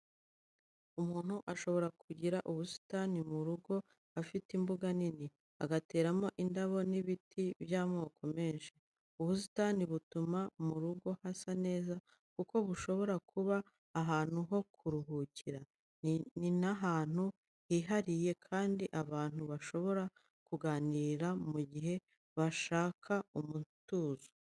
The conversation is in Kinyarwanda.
Umuntu ashobora kugira ubusitani mu rugo, afite imbuga nini, agateramo indabo n'ibiti by'amoko menshi. Ubusitani butuma mu rugo hasa neza, kuko bushobora kuba ahantu ho kuruhukira. Ni ahantu hihariye kandi abantu bashobora kuganirira mu gihe bashaka umutuzo.